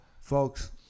folks